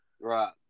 right